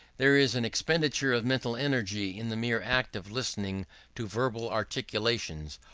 there is an expenditure of mental energy in the mere act of listening to verbal articulations,